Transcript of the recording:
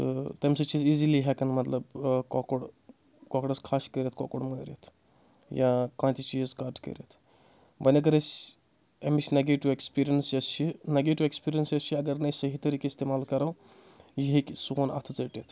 تہٕ تَمہِ سۭتۍ چھِ أسۍ ایٖزلی ہؠکان مطلب کۄکُر کۄکُرس کھَش کٔرِتھ کۄکُر مٲرِتھ یا کانٛہہ تہِ چیٖز کَٹ کٔرِتھ وۄنۍ اگر أسۍ اَمِچ نَگیٹِو ایٚکٕسپیٖریَنٕس یۄس چھِ نگیٹِو ایٚکٕسپیٖریَنس یۄس چھِ اگر نہٕ أسۍ صحیح طریٖقہٕ اِستعمال کَرو یہِ ہیٚکہِ سون اَتھٕ ژٔٹِتھ